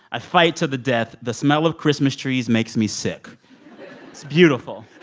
i fight to the death. the smell of christmas trees makes me sick it's beautiful,